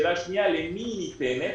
השאלה השנייה, למי היא ניתנת?